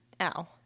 ow